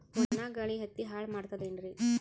ಒಣಾ ಗಾಳಿ ಹತ್ತಿ ಹಾಳ ಮಾಡತದೇನ್ರಿ?